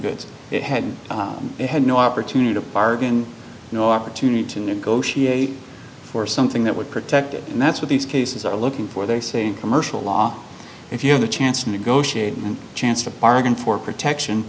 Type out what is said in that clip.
that had had no opportunity to bargain no opportunity to negotiate for something that would protect it and that's what these cases are looking for they say commercial law if you have the chance to negotiate and chance to bargain for protection